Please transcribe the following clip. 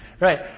Right